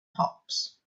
hops